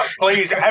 please